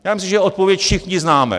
Já myslím, že odpověď všichni známe.